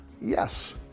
Yes